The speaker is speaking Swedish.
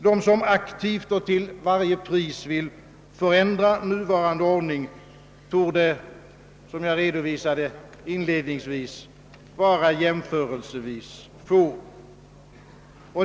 De som aktivt och till varje pris vill förändra nuvarande ordning torde, som jag framhöll inledningsvis, vara jämförelsevis få.